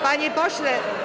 Panie pośle.